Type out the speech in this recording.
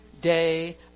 day